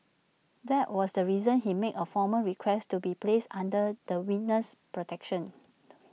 that was the reason he made A formal request to be placed under the witness protection